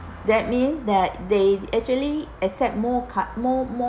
that means that they actually accept more cu~ more more